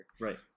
right